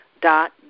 dot